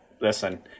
listen